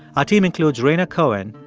our team includes rhaina cohen,